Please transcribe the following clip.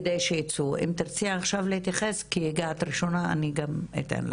אם תרצי עכשיו להתייחס כי הגעת ראשונה אני אתן לך.